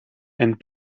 and